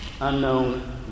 unknown